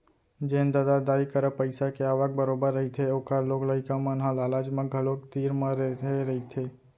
जेन ददा दाई करा पइसा के आवक बरोबर रहिथे ओखर लोग लइका मन ह लालच म घलोक तीर म रेहे रहिथे